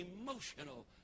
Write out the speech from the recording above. emotional